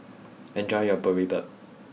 enjoy your Boribap